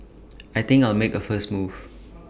I think I'll make A move first